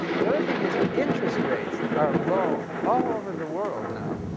the other thing is interest rates are low all over the world, now,